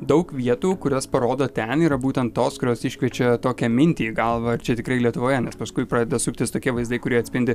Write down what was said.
daug vietų kurios parodo ten yra būtent tos kurios iškviečia tokią mintį į galvą ar čia tikrai lietuvoje nes paskui pradeda suktis tokie vaizdai kurie atspindi